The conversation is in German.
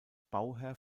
bauherr